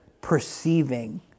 perceiving